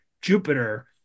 Jupiter